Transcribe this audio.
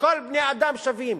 שכל בני-האדם שווים.